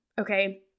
okay